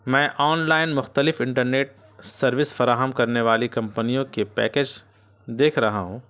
میں online مختلف internet service فراہم کرنے والی کمپنیوں کے پیکیج دیکھ رہا ہوں